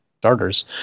starters